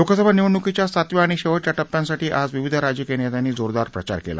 लोकसभा निवडणुकीच्या सातव्या आणि शेवटच्या टप्प्यासाठी आज विविध राजकीय नेत्यांनी जोरदार प्रचार केला